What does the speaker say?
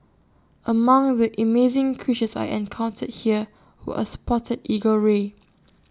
among the amazing creatures I encountered here were A spotted eagle ray